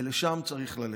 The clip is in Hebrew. ולשם צריך ללכת.